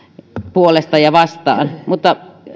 puolesta ja vastaan